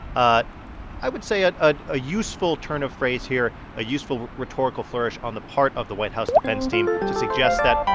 ah but i would say, ah ah a useful turn of phrase here, a useful rhetorical flourish on the part of the white house defense team to suggest that,